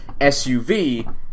SUV